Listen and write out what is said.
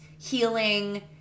healing